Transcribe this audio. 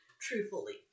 truthfully